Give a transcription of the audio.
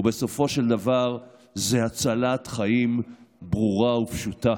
ובסופו של דבר זו הצלת חיים ברורה ופשוטה.